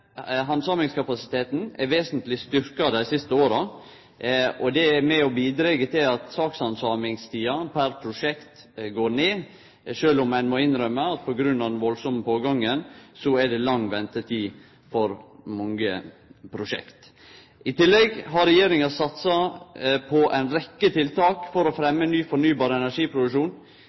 handsamingskapasiteten er vesentleg styrkt dei siste åra, og det er med på å bidra til at sakshandsamingstida per prosjekt går ned, sjølv om ein må innrømme at på grunn av den veldige pågangen er det lang ventetid for mange prosjekt. I tillegg har regjeringa satsa på ei rekkje tiltak for å fremje ny, fornybar energiproduksjon.